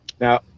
Now